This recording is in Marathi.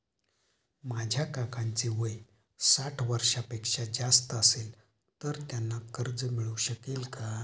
माझ्या काकांचे वय साठ वर्षांपेक्षा जास्त असेल तर त्यांना कर्ज मिळू शकेल का?